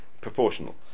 proportional